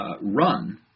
run